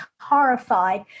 horrified